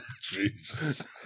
Jesus